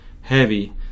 heavy